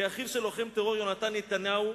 כאחיו של לוחם בטרור, יונתן נתניהו,